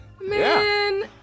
Man